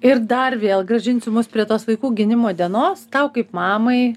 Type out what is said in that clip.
ir dar vėl grąžinsiu mus prie tos vaikų gynimo dienos tau kaip mamai